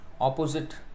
opposite